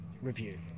review